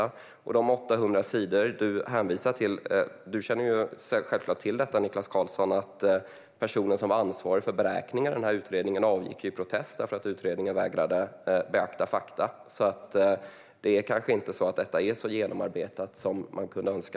När det gäller de 800 sidor du hänvisar till, Niklas Karlsson, känner du självklart till att personen som var ansvarig för beräkningar i utredningen avgick i protest därför att utredningen vägrade beakta fakta. Alltså är detta kanske inte så genomarbetat som man kunde önska.